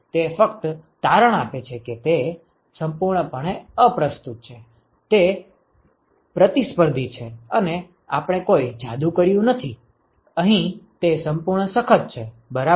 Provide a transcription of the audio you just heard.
તે ફક્ત તારણ આપે છે કે તે સંપૂર્ણપણે અપ્રસ્તુત છે તે પ્રતિસ્પર્ધી છે અને આપણે કોઈ જાદુ કર્યું નથી અહીં તે સંપૂર્ણ સખત છે બરાબર